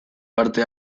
parte